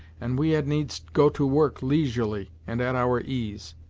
and we had needs go to work leisurely and at our ease.